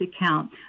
account